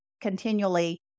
continually